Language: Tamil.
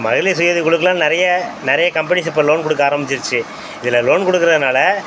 மகளிர் சுயஉதவி குழுக்குலாம் நிறைய நிறைய கம்பெனிஸ் இப்போ லோன் கொடுக்க ஆரமிச்சிருச்சு இதில் லோன் கொடுக்கறதுனால